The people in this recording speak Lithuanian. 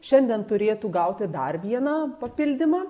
šiandien turėtų gauti dar vieną papildymą